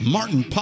Martin